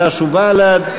חד"ש ובל"ד.